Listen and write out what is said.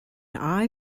eye